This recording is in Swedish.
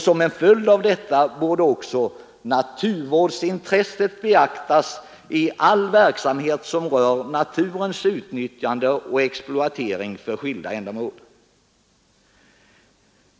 Som en följd av detta borde ”naturvårdsintresset beaktas i all verksamhet som rör naturens utnyttjande och exploatering för skilda ändamål”.